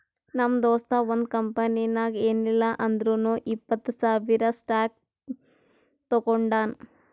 ನಮ್ ದೋಸ್ತ ಒಂದ್ ಕಂಪನಿನಾಗ್ ಏನಿಲ್ಲಾ ಅಂದುರ್ನು ಇಪ್ಪತ್ತ್ ಸಾವಿರ್ ಸ್ಟಾಕ್ ತೊಗೊಂಡಾನ